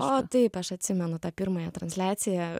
o taip aš atsimenu tą pirmąją transliaciją